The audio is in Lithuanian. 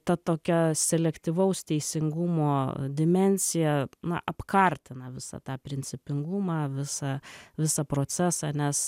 ta tokia selektyvaus teisingumo dimensija apkartina visą tą principingumą visą visą procesą nes